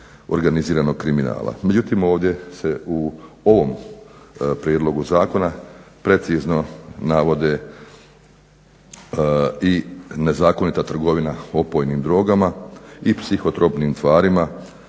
organiziranog kriminala. Međutim, ovdje se u ovom prijedlogu zakona precizno navode i nezakonita trgovina opojnim drogama i psihotropnim tvarima